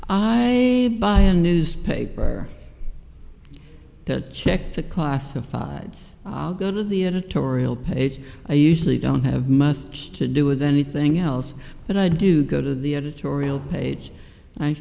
i buy a newspaper to check the classified ads i'll go to the editorial page i usually don't have much to do with anything else but i do go to the editorial page i